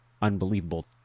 unbelievable